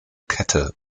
kette